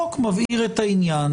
חוק מבהיר את העניין.